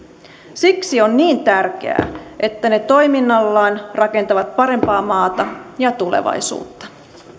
siksi on niin tärkeää että ne toiminnallaan rakentavat parempaa maata ja tulevaisuutta